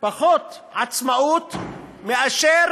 פחות עצמאות משל